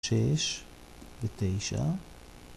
שש ותשע